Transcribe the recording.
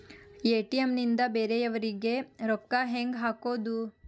ATM ನಿಂದ ಬೇರೆಯವರಿಗೆ ರೊಕ್ಕ ಹೆಂಗ್ ಹಾಕೋದು?